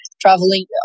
traveling